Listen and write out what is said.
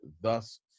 thus